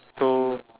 so